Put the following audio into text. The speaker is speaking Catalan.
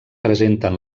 presenten